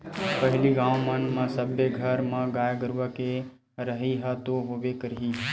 पहिली गाँव मन म सब्बे घर म गाय गरुवा के रहइ ह तो होबे करही